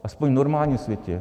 Aspoň v normálním světě.